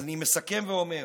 אז אני מסכם ואומר: